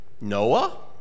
Noah